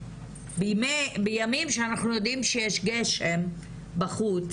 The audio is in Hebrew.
בימים שאנחנו יודעים שיש גשם בחוץ.